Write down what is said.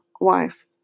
wife